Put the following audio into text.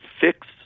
fix